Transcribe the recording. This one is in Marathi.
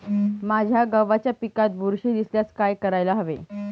माझ्या गव्हाच्या पिकात बुरशी दिसल्यास काय करायला हवे?